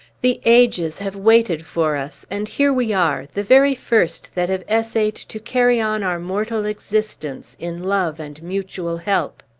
the ages have waited for us, and here we are, the very first that have essayed to carry on our mortal existence in love and mutual help!